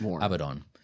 Abaddon